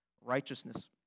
righteousness